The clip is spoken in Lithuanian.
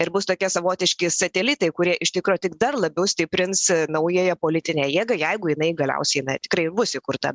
ir bus tokie savotiški satelitai kurie iš tikro tik dar labiau stiprins naująją politinę jėgą jeigu jinai galiausiai tikrai ir bus įkurta